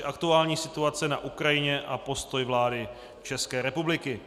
Aktuální situace na Ukrajině a postoj vlády České republiky